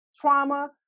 trauma